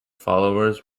followers